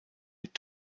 mit